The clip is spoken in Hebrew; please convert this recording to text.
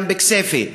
גם בכסייפה,